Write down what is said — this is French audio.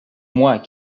moi